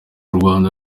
rwanda